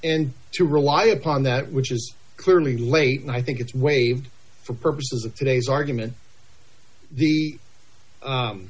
and to rely upon that which is clearly late and i think it's waived for purposes of today's argument the